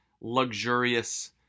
luxurious